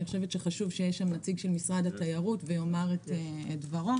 חשוב שיהיה שם נציג של משרד התיירות שיאמר את דברו.